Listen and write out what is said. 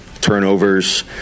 turnovers